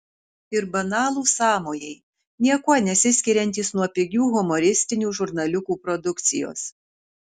ir banalūs sąmojai niekuo nesiskiriantys nuo pigių humoristinių žurnaliukų produkcijos